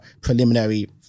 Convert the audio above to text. preliminary